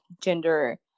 gender